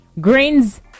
grains